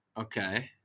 Okay